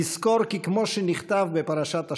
נזכור כי כמו שנכתב בפרשת השבוע,